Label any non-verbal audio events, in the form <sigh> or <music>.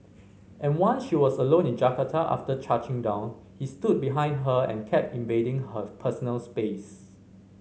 and one she was alone in Jakarta after <unintelligible> down he stood behind her and kept invading her personal space